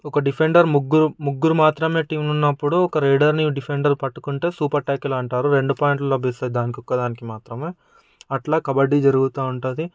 ఒక డిఫెండర్ ముగ్గురు ముగ్గురు మాత్రమే టీంలో ఉన్నప్పుడు ఒక రైడర్ని డిఫెండర్ పట్టుకుంటే సూపర్ ట్యాకిల్ అంటారు రెండు పాయింట్లు లభిస్తాయి దానికి ఒక్కదానికి మాత్రమే అట్లా కబడ్డీ జరుగుతూ ఉంటుంది